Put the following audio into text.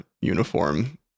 uniform